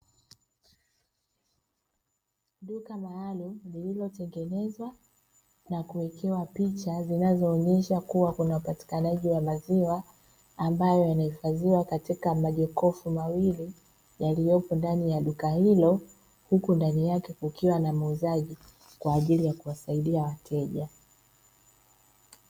Duka maalumu lililotengenezwa na kuwekewa picha zinazoonyesha kuwa kuna upatikanaji wa maziwa, ambayo yanahifadhiwa katika majokofu mawili yaliyopo ndani ya duka hilo; huku ndani yake kukiwa na muuzaji kwa ajili ya kuwasaidia wateja.